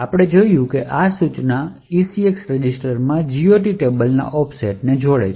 આપણે જોયું કે આ સૂચના ECX રજિસ્ટરમાં GOT ટેબલના ઑફસેટને જોડે છે